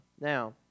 Now